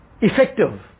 effective